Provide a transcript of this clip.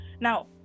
now